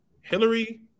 Hillary